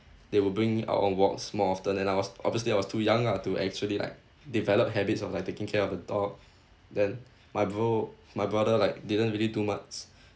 they will bring out on walks more often and I was obviously I was too young ah to actually like develop habits of like taking care of a dog then my bro my brother like didn't really do much